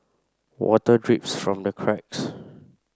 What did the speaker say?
water drips from the cracks